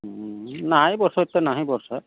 ନାହିଁ ବର୍ଷା ହେତେ ନାହିଁ ବର୍ଷା